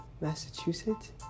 Massachusetts